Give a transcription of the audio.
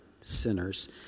Sinners